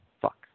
fuck